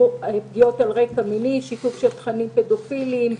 פגיעות על רקע מיני: שיתוף של תכנים פדופילים,